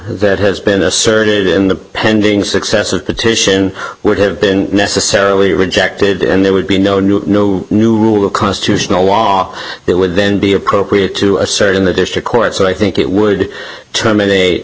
that has been asserted in the pending successive petition would have been necessarily rejected and there would be no new no new rule constitutional law that would then be appropriate to assert in the district court so i think it would terminate